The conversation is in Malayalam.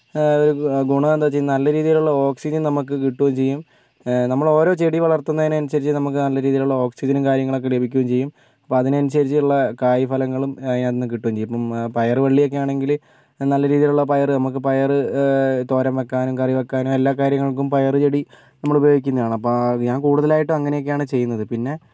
അതിപ്പോൾ ഗുണം എന്താന്ന് വച്ചുകഴിഞ്ഞാൽ നല്ല രീതിയിലുള്ള ഓക്സിജൻ നമുക്ക് കിട്ടുകയും ചെയ്യും നമ്മൾ ഓരോ ചെടി വളർത്തുന്നെനനുസരിച്ച് നമുക്ക് നല്ല രീതിയിലുള്ള ഓക്സിജനും കാര്യങ്ങളൊക്കെ ലഭിക്കുകയും ചെയ്യും അപ്പോൾ അതിനനുസരിച്ചുള്ള കായ് ഫലങ്ങളും അതിനകത്തുനിന്ന് കിട്ടുകയും ചെയ്യും അപ്പം പയർ വള്ളിയൊക്കെ ആണെങ്കിൽ നല്ല രീതിയിലുള്ള പയറ് നമുക്ക് പയറ് തോരൻ വയ്ക്കാനും കറി വയ്കാനും എല്ലാം കാര്യങ്ങൾക്കും പയറ് ചെടി നമ്മള് ഉപയോഗിക്കുന്നതാണ് അപ്പോൾ ഞാൻ കൂടുതലായിട്ടും അങ്ങനെയൊക്കെയാണ് ചെയ്യുന്നത് പിന്നെ